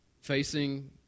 facing